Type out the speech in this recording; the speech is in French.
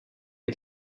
ont